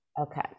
okay